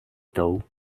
though